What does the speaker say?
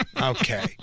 Okay